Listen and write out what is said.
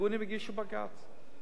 הארגונים הגישו בג"ץ,